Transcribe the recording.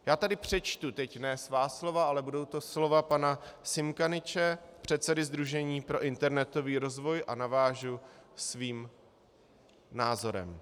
Já tady teď přečtu ne svá slova, ale budou to slova pana Simkaniče, předsedy Sdružení pro internetový rozvoj, a navážu svým názorem: